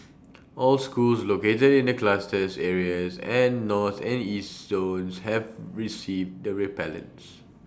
all schools located in the clusters areas and north and east zones have received the repellents